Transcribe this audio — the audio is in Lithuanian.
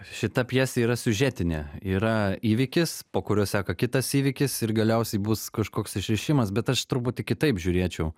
šita pjesė yra siužetinė yra įvykis po kurio seka kitas įvykis ir galiausiai bus kažkoks išrišimas bet aš truputį kitaip žiūrėčiau